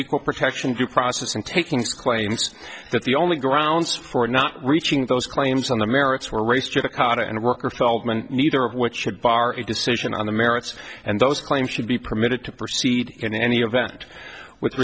equal protection due process and taking claims that the only grounds for not reaching those claims on the merits were race to the cotton and worker feldman neither of which should bar a decision on the merits and those claims should be permitted to proceed in any event with